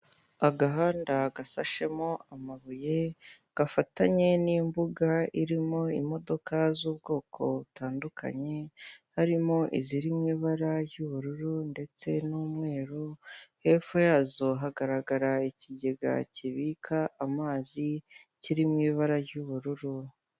Agahanda gasashemo amabuye gafatanye nimbuga irimo imodoka zubwoko butandukanye, harimo iziri mwibara ry'ubururu ndetse n'umweru, hepfo yazo hagaragara ikigega kibika amazi kiri mwibara ry'ubururu.